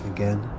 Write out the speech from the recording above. Again